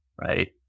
Right